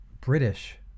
British